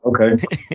Okay